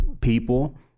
people